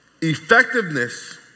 effectiveness